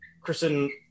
Kristen